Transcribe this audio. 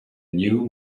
new